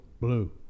Blue